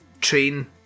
train